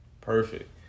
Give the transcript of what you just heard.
perfect